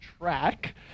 track